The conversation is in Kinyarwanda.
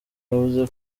yavuze